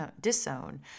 disown